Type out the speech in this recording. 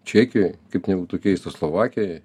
čekijoj kaip nebūtų keista slovakijoj